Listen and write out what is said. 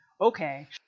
Okay